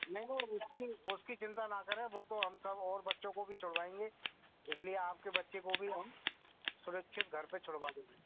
नहीं नहीं उसकी उसकी चिंता ना करें वह तो हम सब और बच्चों को भी छुड़वाएँगे इसलिए आपके बच्चे को भी हम सुरक्षित घर पर छुड़वा देंगे